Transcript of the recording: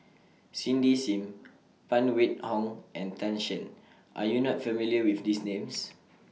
Cindy SIM Phan Wait Hong and Tan Shen Are YOU not familiar with These Names